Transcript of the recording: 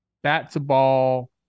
bat-to-ball